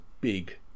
big